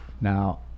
Now